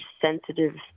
sensitive